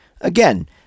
Again